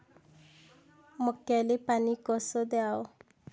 मक्याले पानी कस द्याव?